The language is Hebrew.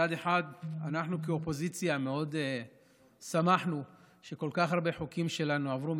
מצד אחד אנחנו כאופוזיציה מאוד שמחנו שכל כך הרבה חוקים שלנו עברו,